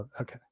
Okay